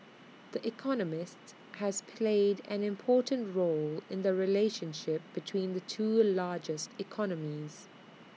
the economist has played an important role in the relationship between the two largest economies